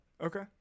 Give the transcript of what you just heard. okay